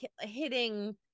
hitting